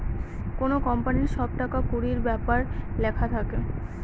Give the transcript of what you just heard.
কোনো কোম্পানির সব টাকা কুড়ির ব্যাপার লেখা থাকে